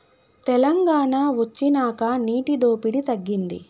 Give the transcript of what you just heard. తెలంగాణ వొచ్చినాక నీటి దోపిడి తగ్గింది